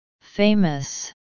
Famous